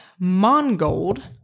Mongold